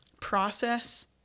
process